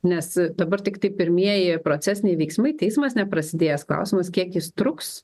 nes dabar tiktai pirmieji procesiniai veiksmai teismas net prasidėjęs klausimas kiek jis truks